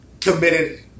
committed